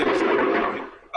בכלל.